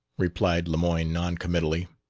replied lemoyne non-committally.